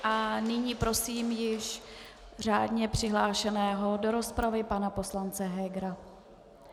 A nyní prosím již řádně přihlášeného do rozpravy pana poslance Hegera.